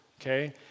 okay